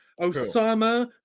osama